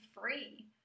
free